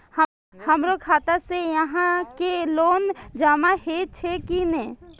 हमरो खाता से यहां के लोन जमा हे छे की ने?